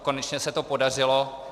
Konečně se to podařilo.